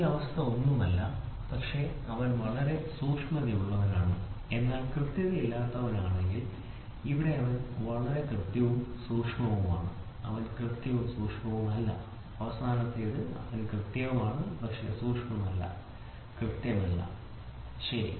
ഈ അവസ്ഥ ഒന്നുമല്ല പക്ഷെ അവൻ വളരെ സൂക്ഷ്മതയുള്ളവനാണ് എന്നാൽ കൃത്യതയില്ലാത്തവനാണെങ്കിൽ ഇവിടെ അവൻ വളരെ കൃത്യവും സൂക്ഷ്മവുമാണ് അവൻ കൃത്യവും സൂക്ഷ്മവുമല്ല അവസാനത്തേത് അവൻ കൃത്യമാണ് പക്ഷേ സൂക്ഷ്മമല്ല കൃത്യമല്ല ശരി